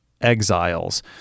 exiles